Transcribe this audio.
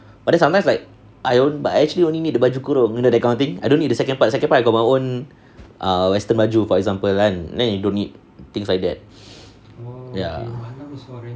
but then sometimes like I don't buy like I actually only need the baju kurung you know that kind of thing I don't need the second part second part I got my own err western baju for example kan then you don't need things like that ya